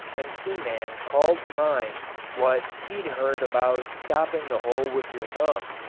and seaman called to mind what he'd heard about stopping the hole with your thumb,